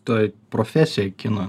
toj profesijoj kino